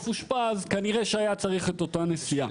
אושפז כנראה שהיה צריך את אותה נסיעה.